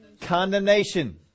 condemnation